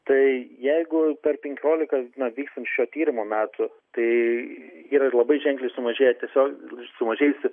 tai jeigu per penkiolika an vykstant šio tyrimo metų tai yra labai ženkliai sumažėjo tiesiog sumažėjusi